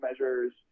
measures –